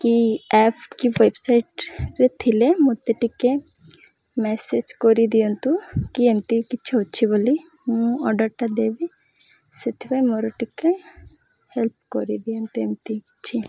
କି ଆପ୍ କି ୱେବସାଇଟ୍ରେ ଥିଲେ ମୋତେ ଟିକେ ମେସେଜ୍ କରିଦିଅନ୍ତୁ କି ଏମିତି କିଛି ଅଛି ବୋଲି ମୁଁ ଅର୍ଡ଼ର୍ଟା ଦେବି ସେଥିପାଇଁ ମୋର ଟିକେ ହେଲ୍ପ କରିଦିଅନ୍ତୁ ଏମିତି କିଛି